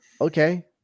okay